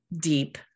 deep